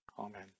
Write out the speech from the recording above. Amen